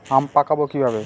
আম পাকাবো কিভাবে?